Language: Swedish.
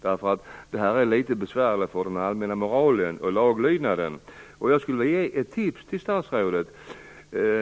Detta är nämligen litet besvärligt för den allmänna moralen och laglydnaden. Jag skulle vilja ge ett tips till statsrådet.